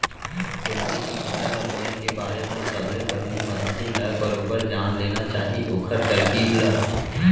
गोंदली के फसल ल बोए के बारे म सबले पहिली मनसे ल बरोबर जान लेना चाही ओखर तरकीब ल